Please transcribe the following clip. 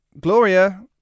Gloria